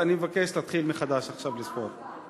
אז אני מבקש, תתחיל מחדש עכשיו לספור.